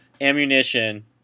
ammunition